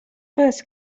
first